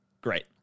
Great